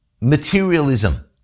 materialism